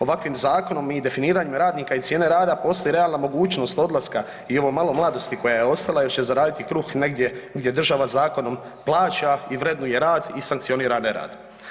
Ovakvim zakonom i definiranjem radnika i cijene rada postoji realna mogućnost odlaska i ovo malo mladosti koja je ostala još će zaraditi kruh negdje gdje država zakonom plaća i vrednuje rad i sankcionira nerad.